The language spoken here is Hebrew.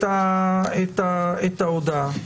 ההודעה.